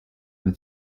and